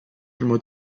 primo